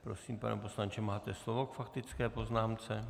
Prosím, pane poslanče, máte slovo k faktické poznámce.